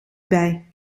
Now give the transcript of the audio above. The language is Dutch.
bij